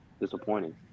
disappointing